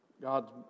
God